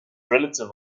relative